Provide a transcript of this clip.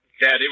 Daddy